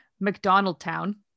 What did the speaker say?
McDonaldtown